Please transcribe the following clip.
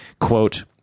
Quote